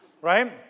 right